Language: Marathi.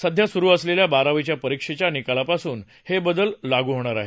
सध्या सुरू असलेल्या बारावीच्या परीक्षेच्या निकालापासून हे बदल लागू होणार आहेत